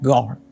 God